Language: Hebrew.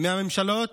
מהממשלות